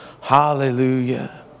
Hallelujah